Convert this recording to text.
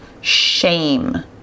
shame